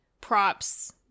props